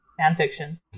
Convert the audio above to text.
fanfiction